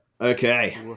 Okay